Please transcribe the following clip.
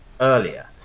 earlier